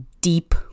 Deep